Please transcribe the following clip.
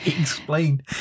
Explain